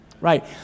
Right